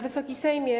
Wysoki Sejmie!